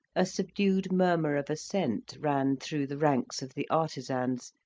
a subdued murmur of assent ran through the ranks of the artisans,